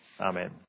Amen